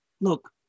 look